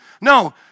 No